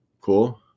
cool